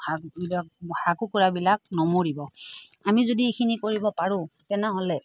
হাঁহবিলাক হাঁহ কুকুৰাবিলাক নমৰিব আমি যদি এইখিনি কৰিব পাৰোঁ তেনেহ'লে